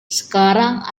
sekarang